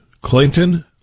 Clinton